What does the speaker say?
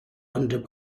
under